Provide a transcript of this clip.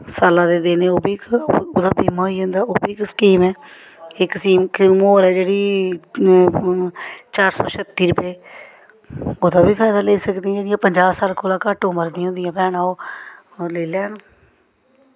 साल्लै दे देने ते ओह् केह् होंदा ते ओह्बी इक स्कीम ऐ इक स्कीम होर ऐ जेह्ड़ी चार सौ छत्तीस रपेऽ ते कुतै बी फायदा लेई सकदी पंजाह् साल दी उम्र कोला घट्ट होंदी ओह् लेई लैन